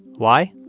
why?